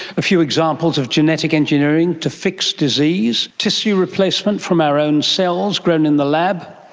a few examples of genetic engineering to fix disease, tissue replacement from our own cells grown in the lab,